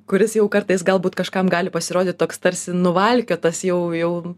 kuris jau kartais galbūt kažkam gali pasirodyt toks tarsi nuvalkiotas jau jau